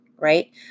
Right